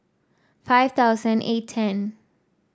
five thousand and eight ten